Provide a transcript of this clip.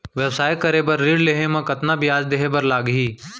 व्यवसाय करे बर ऋण लेहे म कतना ब्याज देहे बर लागही?